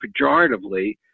pejoratively